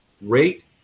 rate